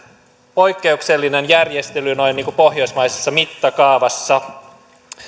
poikkeuksellinen järjestely noin niin kuin pohjoismaisessa mittakaavassa